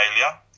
failure